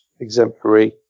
exemplary